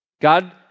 God